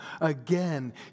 again